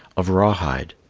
of rawhide.